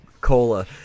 cola